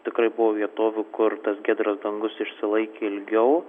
tikrai buvo vietovių kur tas giedras dangus išsilaikė ilgiau